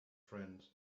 friend